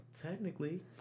technically